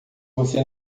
você